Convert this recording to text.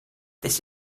this